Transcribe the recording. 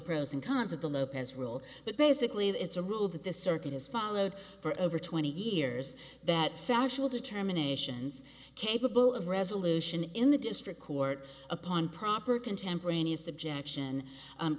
pros and cons of the lopez rule but basically it's a rule that the circuit has followed for over twenty years that factual determination is capable of resolution in the district court upon proper contemporaneous objection